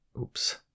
Oops